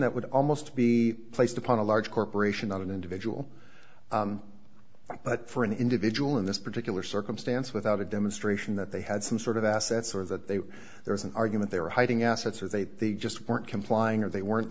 that would almost be placed upon a large corporation not an individual but for an individual in this particular circumstance without a demonstration that they had some sort of assets or that they there was an argument they were hiding assets or they just weren't complying or they weren't